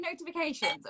notifications